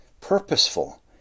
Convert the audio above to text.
purposeful